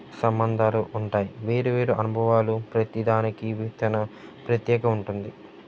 సంబంధాలు ఉంటాయి వేరు వేరు అనుభవాలు ప్రతీదానికి తన ప్రత్యేక ఉంటుంది